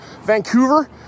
Vancouver